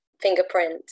fingerprint